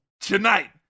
Tonight